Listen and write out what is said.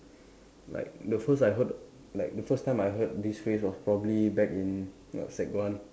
like the first I heard like the first time I heard this phrase was probably back in like sec one